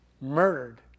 murdered